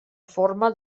forma